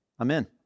Amen